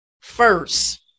first